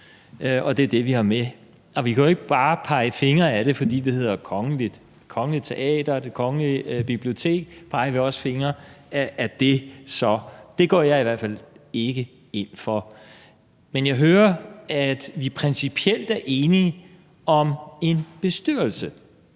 og det er det, vi har med. Vi kan jo ikke bare pege fingre ad det, fordi det hedder noget med »kongelig«. Hvad så med Det Kongelige Teater og Det Kongelige Bibliotek, peger vi også fingre ad det? Det går jeg i hvert fald ikke ind for. Men jeg hører, at vi principielt er enige om en bestyrelse,